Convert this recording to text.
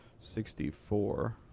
sixty four.